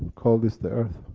call this the earth.